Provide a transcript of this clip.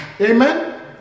Amen